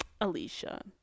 Alicia